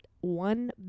One